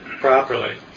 properly